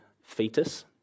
fetus